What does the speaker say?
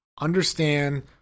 understand